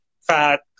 fat